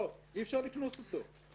אי-אפשר לקנוס אותו.